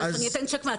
אני אתן שיק מעצמי?